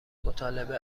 مطالبه